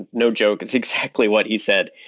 no joke, it's exactly what he said.